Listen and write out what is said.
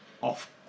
Off